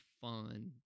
fun